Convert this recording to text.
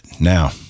now